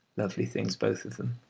lovely things both of them,